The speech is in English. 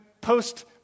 post